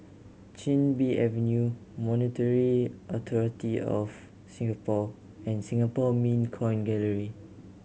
Chin Bee Avenue Monetary Authority Of Singapore and Singapore Mint Coin Gallery